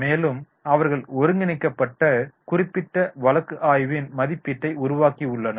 மேலும் அவர்கள் ஒருங்கிணைக்கப்பட்டு குறிப்பிட்ட வழக்கு ஆய்வின் மதிப்பீட்டை உருவாக்கின்றனர்